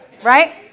Right